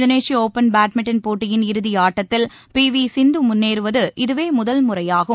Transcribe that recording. இந்தோனேஷிய open badminton போட்டியின் இறுதி ஆட்டத்திற்கு பி வி சிந்து முன்னேறுவது இதுவே முதல்முறையாகும்